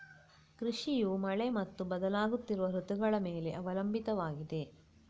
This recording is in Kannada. ಕೃಷಿಯು ಮಳೆ ಮತ್ತು ಬದಲಾಗುತ್ತಿರುವ ಋತುಗಳ ಮೇಲೆ ಅವಲಂಬಿತವಾಗಿದೆ